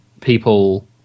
people